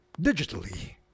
digitally